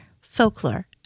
Folklore